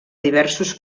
diversos